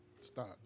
Stop